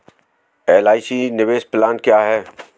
LIC निवेश plan क्या है?